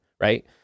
Right